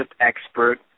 expert